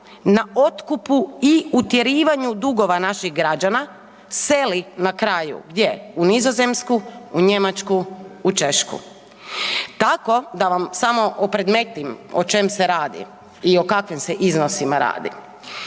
na otkupu i utjerivanju dugova naših građana seli na kraju gdje u Nizozemsku, u Njemačku, u Češku. Tako da vam samo opredmetim o čem se radi i o kakvim se iznosima radi,